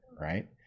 right